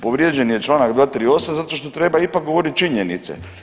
Povrijeđen je članak 238. zato što treba ipak govoriti činjenice.